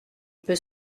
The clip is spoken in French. peut